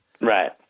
Right